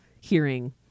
hearing